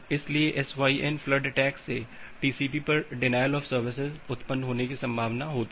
इसलिए SYN flood attack से TCP पर डिनायल ऑफ़ सर्विसेस उत्पन्न होने की संभावना होती है